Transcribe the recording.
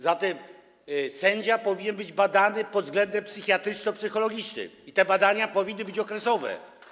Zatem sędzia powinien być badany pod względem psychiatryczno-psychologicznym i te badania powinny być okresowe.